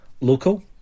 Local